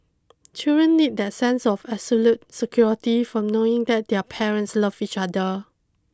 children need that sense of absolute security from knowing that their parents love each other